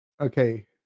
okay